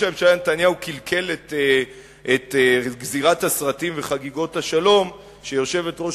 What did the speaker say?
הממשלה נתניהו קלקל את גזירת הסרטים וחגיגות השלום שיושבת-ראש